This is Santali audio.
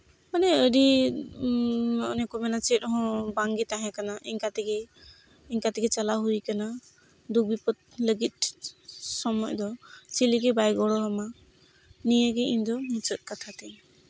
ᱢᱟᱱᱮ ᱟᱹᱰᱤ ᱚᱱᱮ ᱠᱚ ᱢᱮᱱᱟ ᱪᱮᱫ ᱦᱚᱸ ᱵᱟᱝᱜᱮ ᱛᱟᱦᱮᱸ ᱠᱟᱱᱟ ᱤᱱᱠᱟᱹ ᱛᱮᱜᱮ ᱤᱱᱠᱟᱹ ᱛᱮᱜᱮ ᱪᱟᱞᱟᱣ ᱦᱩᱭ ᱟᱠᱟᱱᱟ ᱫᱩᱠ ᱵᱤᱯᱚᱫ ᱞᱟᱹᱜᱤᱫ ᱥᱚᱢᱚᱭ ᱫᱚ ᱪᱤᱞᱤᱜᱮ ᱵᱟᱭ ᱜᱚᱲᱚ ᱟᱢᱟ ᱱᱤᱭᱟᱹᱜᱮ ᱤᱧᱫᱚ ᱢᱩᱪᱟᱹᱫ ᱠᱟᱛᱷᱟ ᱛᱤᱧ